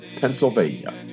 Pennsylvania